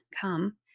come